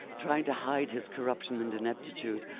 trying to hide his corruption and ineptitude,